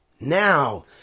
Now